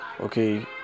Okay